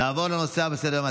נעבור לנושא הבא בסדר-היום,